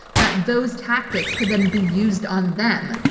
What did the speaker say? that those tactics could then be used on them,